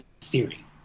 theory